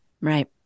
Right